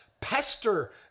Pester